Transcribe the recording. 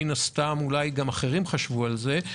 מן הסתם אולי גם אחרים חשבו על זה.